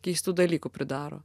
keistų dalykų pridaro